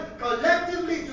collectively